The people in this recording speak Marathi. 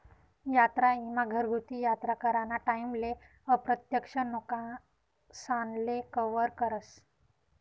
यात्रा ईमा घरगुती यात्रा कराना टाईमले अप्रत्यक्ष नुकसानले कवर करस